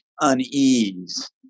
unease